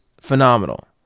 phenomenal